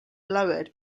lower